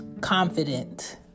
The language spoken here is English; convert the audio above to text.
confident